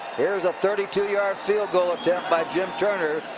here's a thirty two yard field-goal attempt by jim turner.